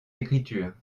écritures